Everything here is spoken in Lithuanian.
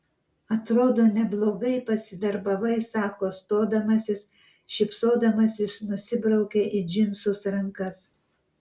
atrodo neblogai pasidarbavai sako stodamasis šypsodamasis nusibraukia į džinsus rankas